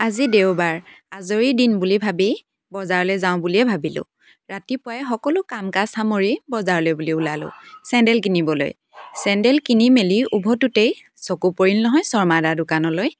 আজি দেওবাৰ আজৰি দিন বুলি ভাবি বজাৰলৈ যাওঁ বুলিয়ে ভাবিলোঁ ৰাতিপুৱাই সকলো কাম কাজ সামৰি বজাৰলৈ বুলি ওলালোঁ চেন্দেল কিনিবলৈ চেন্দেল কিনি মেলি ওভতোতেই চকু পৰিল নহয় শৰ্মাদাৰ দোকানলৈ